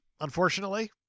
unfortunately